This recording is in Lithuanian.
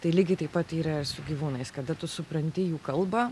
tai lygiai taip pat yra ir su gyvūnais kada tu supranti jų kalbą